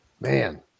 Man